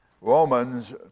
Romans